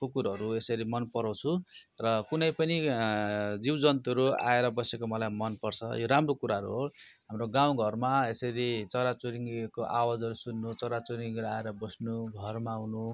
कुकुरहरू यसरी मनपराउँछु र कुनै पनि जीवजन्तुहरू आएर बसेको मलाई मनपर्छ यो राम्रो कुराहरू हो हाम्रो गाउँघरमा यसरी चराचुरुङ्गीको आवाजहरू सुन्नु चराचुरुङ्गीहरू आएर बस्नु घरमा आउनु